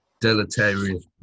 deleterious